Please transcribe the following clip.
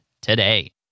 today